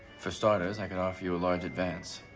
for starters, i could offer you a large advance.